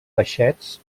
peixets